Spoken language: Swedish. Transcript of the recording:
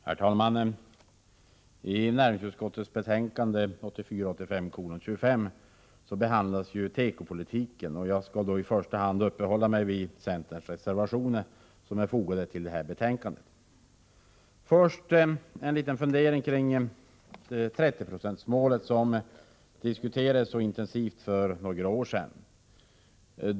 Herr talman! I näringsutskottets betänkande 1984/85:25 behandlas tekopolitiken. Jag skall i första hand uppehålla mig vid de reservationer som centern har fogat vid detta betänkande. Först vill jag dock göra en liten fundering kring 30-procentsmålet, som diskuterades så intensivt för några år sedan.